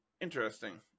Interesting